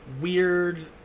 weird